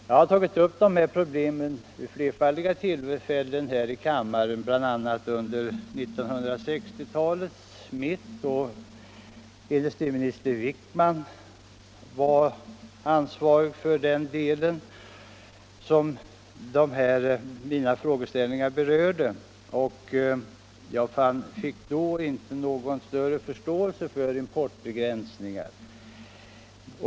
Jag har tagit upp dessa problem vid flerfaldiga tillfällen här i kammaren, bl.a. under 1960-talets mitt då industriminister Wickman var ansvarig för det område som mina frågeställningar berörde. Jag fick inte då någon större förståelse för importbegränsningar.